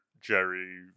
Jerry